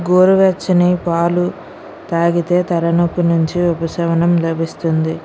గోరువెచ్చని పాలు తాగితే తలనొప్పి నుంచి ఉపశమనం లభిస్తుంది